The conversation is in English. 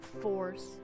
force